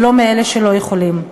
ולא מאלה שלא יכולים.